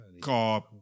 car